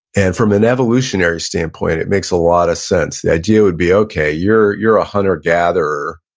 and from an evolutionary standpoint, it makes a lot of sense. the idea would be, okay, you're you're a hunter gatherer,